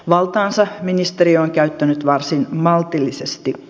valtaansa ministeriö on käyttänyt varsin maltillisesti